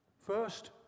First